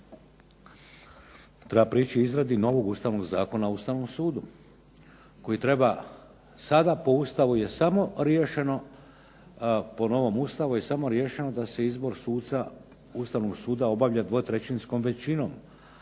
treba prići izradi novog ustavnog Zakona o Ustavnom sudu, koji treba sada po Ustavu je samo riješeno, po novom Ustavu je samo riješeno da se izbor suca Ustavnog suda obavlja dvotrećinskom većinom,